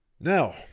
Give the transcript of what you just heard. Now